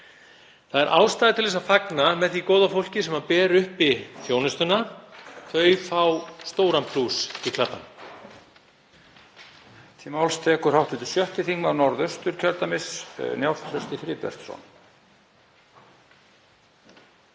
Það er ástæða til að fagna með því góða fólki sem ber uppi þjónustuna. Það fær stóran plús í kladdann.